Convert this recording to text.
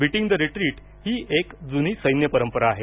beating the retreat ही एक जुनी सैन्य परंपरा आहे